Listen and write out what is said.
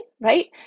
right